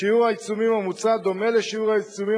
שיעור העיצומים המוצע דומה לשיעור העיצומים